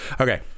Okay